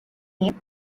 name